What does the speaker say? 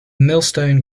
millstone